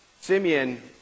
Simeon